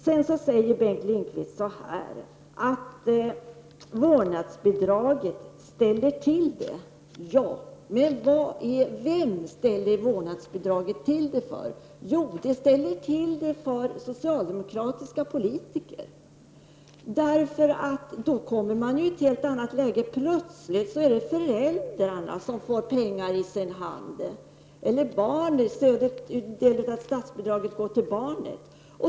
Sedan säger Bengt Lindqvist att vårdnadsbidraget ställer till det. Ja, men vem ställer vårdnadsbidraget till det för? Jo, det ställer till det för socialdemokratiska politiker. Plötsligt är det nämligen föräldrarna som får pengar i sin hand genom att statsbidraget skall gå direkt till barnet.